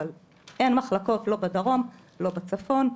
אבל אין מחלקות לא בדרום ולא בצפון.